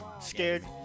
Scared